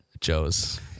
Joe's